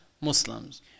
Muslims